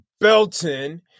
Belton